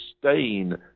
sustain